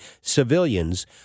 civilians